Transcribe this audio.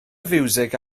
fiwsig